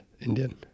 Indian